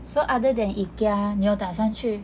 so other than Ikea 你有打算去